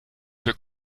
für